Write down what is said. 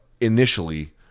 initially